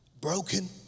Broken